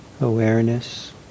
awareness